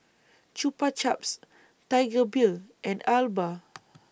Chupa Chups Tiger Beer and Alba